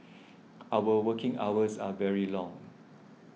our working hours are very long